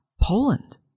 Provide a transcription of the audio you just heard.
Poland